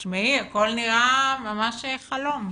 תשמעי, הכל נראה ממש חלום.